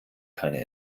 keine